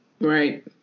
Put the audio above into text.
Right